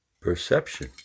Perception